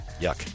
Yuck